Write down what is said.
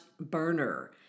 burner